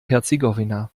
herzegowina